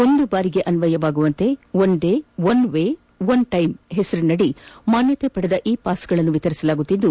ಒಂದು ಬಾರಿಗೆ ಅನ್ವಯವಾಗುವಂತೆ one day one way one time ಹೆಸರಿನಡಿ ಮಾನ್ಯತೆ ಪಡೆದ ಇ ಪಾಸ್ಗಳನ್ನು ವಿತರಿಸಲಾಗುತ್ತಿದ್ದು